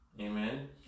Amen